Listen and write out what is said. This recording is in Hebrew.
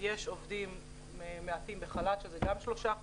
יש עובדים מעטים בחל"ת 3%,